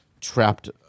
trapped